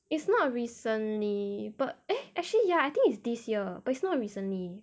it's not recently but eh actually ya I think is this year but it's not recently